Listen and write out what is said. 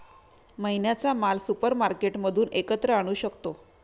महिन्याचा माल सुपरमार्केटमधून एकत्र आणू शकतो